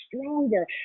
stronger